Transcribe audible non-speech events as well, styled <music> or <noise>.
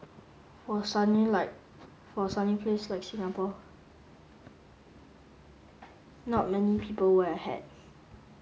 for a sunny like for a sunny place like Singapore not many people wear a hat <noise>